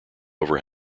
over